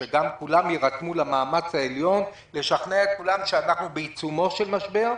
שכולם יירתמו למאמץ העליון לשכנע את כולם שאנחנו בעיצומו של משבר.